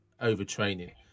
overtraining